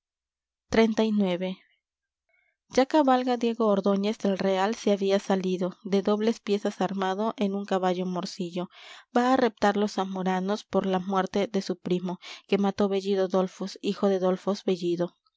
xxxix ya cabalga diego ordóñez del real se había salido de dobles piezas armado en un caballo morcillo va á reptar los zamoranos por la muerte de su primo que mató bellido dolfos hijo de dolfos bellido